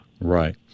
Right